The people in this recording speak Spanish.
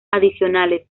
adicionales